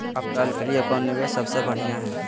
आपातकाल के लिए कौन निवेस सबसे बढ़िया है?